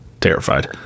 terrified